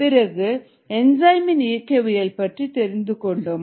பிறகு என்ஜாய் மின் இயக்கவியல் பற்றி தெரிந்துகொண்டோம்